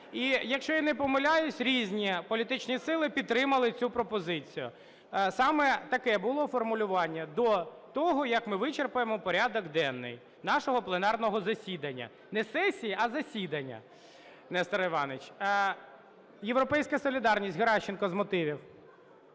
І якщо я не помиляюсь, різні політичні сили підтримали цю пропозицію. Саме таке було формулювання: до того, як ми вичерпаємо порядок денний нашого пленарного засідання. Не сесії, а засідання, Нестор Іванович. "Європейська солідарність", Геращенко, з мотивів.